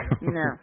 No